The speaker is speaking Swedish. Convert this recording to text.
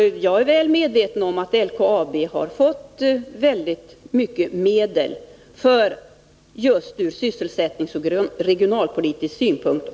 Jag är väl medveten om att LKAB fått omfattande medel just ur sysselsättningsoch regionalpolitisk synpunkt.